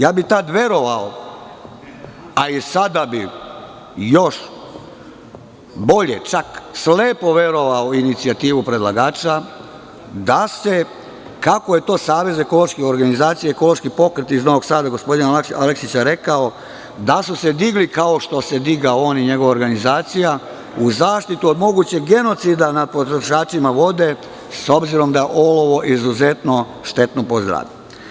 Tada bih verovao, a i sada bih još bolje, čak slepo verovao inicijativi predlagača, da se, kako je to Savez ekoloških organizacija, Ekološki pokret iz Novog Sada, gospodin Aleksićrekao, da su se digli kao što se digao on i njegova organizacija u zaštitu od mogućeg genocida nad potrošačima vode, s obzirom da je ovo izuzetno štetno po zdravlje.